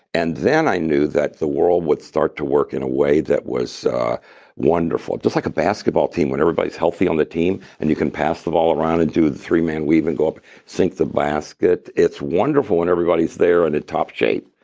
then i knew that the world would start to work in a way that was wonderful, just like a basketball team when everybody's healthy on the team and you can pass the ball around and do the three man weave and go up, sink the basket. it's wonderful when everybody's there and in top shape.